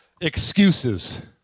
excuses